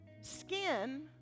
Skin